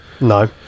No